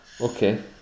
Okay